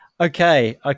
Okay